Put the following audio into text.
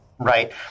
right